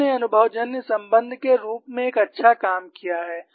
उन्होंने अनुभवजन्य संबंध के रूप में एक अच्छा काम किया है